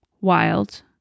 wild